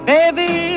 Baby